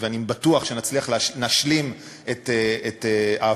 ואני בטוח שנשלים את העברתו.